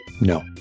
No